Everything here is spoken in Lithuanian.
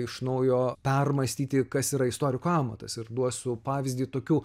iš naujo permąstyti kas yra istoriko amatas ir duosiu pavyzdį tokių